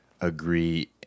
agree